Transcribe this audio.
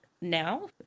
now